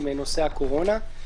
עם נושא הקורונה.